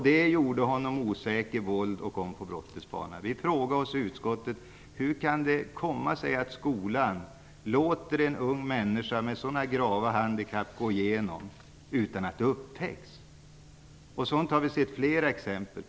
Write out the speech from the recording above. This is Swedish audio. Det gjorde honom osäker, och han kom in på brottets bana. I utskottet frågade vi oss hur det kan komma sig att skolan låter en ung människa med så grava handikapp gå igenom utan att det upptäcks. Vi har sett flera sådana exempel.